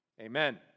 Amen